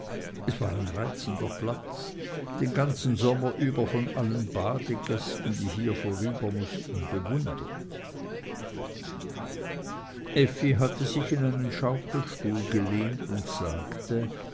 es war ein reizender platz den ganzen sommer über von allen badegästen die hier vorüber mußten bewundert effi hatte sich in einen schaukelstuhl gelehnt und sagte